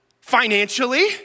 financially